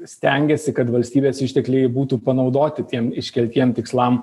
stengiasi kad valstybės ištekliai būtų panaudoti tiem iškeltiem tikslam